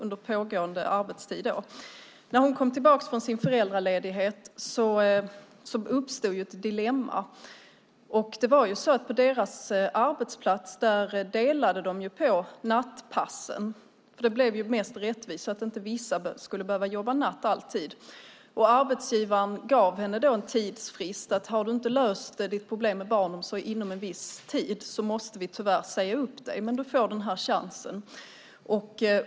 När hon kom tillbaka från föräldraledigheten uppstod ett dilemma. På den här arbetsplatsen delade man på nattpassen eftersom det var mest rättvist. Arbetsgivaren gav kvinnan en tidsfrist. Hade hon inte löst problemet med barnomsorg inom en viss tid skulle hon bli uppsagd.